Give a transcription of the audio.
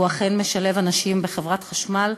והוא אכן משלב אנשים בחברת החשמל,